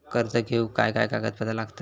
कर्ज घेऊक काय काय कागदपत्र लागतली?